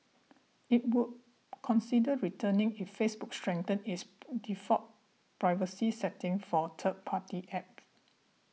it would consider returning if Facebook strengthens its default privacy settings for third party apps